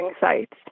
sites